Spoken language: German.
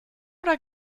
oder